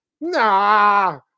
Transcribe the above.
Nah